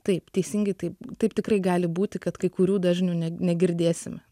taip teisingai tai taip tikrai gali būti kad kai kurių dažnių ne negirdėsime